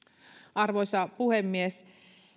arvoisa puhemies